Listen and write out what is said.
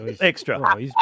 Extra